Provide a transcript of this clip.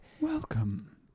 Welcome